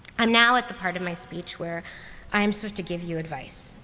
i'm now at the part of my speech where i'm supposed to give you advice.